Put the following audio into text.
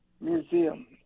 museum